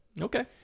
Okay